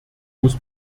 muss